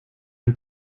ein